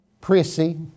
Prissy